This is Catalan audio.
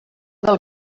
del